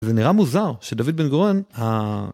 זה נראה מוזר שדוד בן גורן ה.